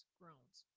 groans